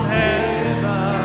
heaven